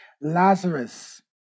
Lazarus